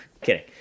Kidding